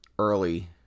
early